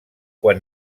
quan